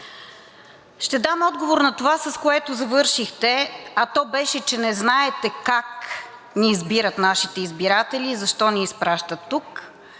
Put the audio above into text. Ще дам отговор на това, с което завършихте, а то беше, че не знаете как ни избират нашите избиратели и защо ни изпращат тук.